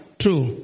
true